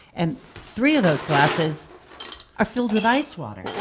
and three of those glasses are filled with ice water.